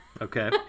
Okay